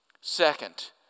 Second